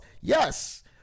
Yes